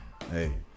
hey